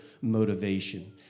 motivation